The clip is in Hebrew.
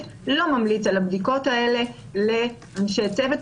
לא ממליץ על הבדיקות האלה לאנשי צוות,